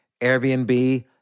Airbnb